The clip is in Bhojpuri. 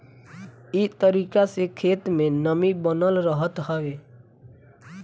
इ तरीका से खेत में नमी बनल रहत हवे